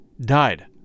died